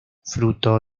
fruto